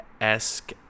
esque